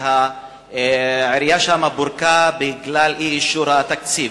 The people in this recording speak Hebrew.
העירייה שם פורקה בגלל אי-אישור התקציב,